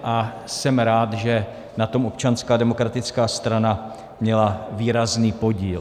A jsem rád, že na tom Občanská demokratická strana měla výrazný podíl.